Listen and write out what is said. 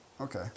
Okay